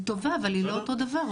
היא טובה אבל היא לא אותו דבר.